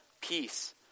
peace